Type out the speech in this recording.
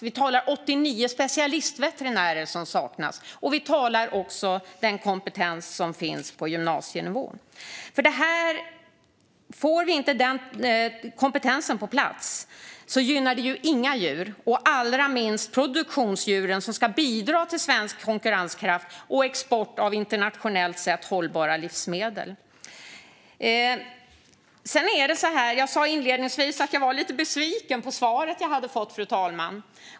Det är 89 specialistveterinärer som saknas. Det handlar också om den kompetens som finns på gymnasienivå. Om vi inte får denna kompetens på plats gynnar det inga djur, allra minst de produktionsdjur som ska bidra till svensk konkurrenskraft och export av internationellt sett hållbara livsmedel. Jag sa inledningsvis, fru talman, att jag var lite besviken på det svar jag hade fått.